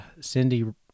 Cindy